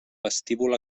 vestíbul